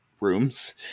rooms